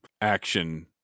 action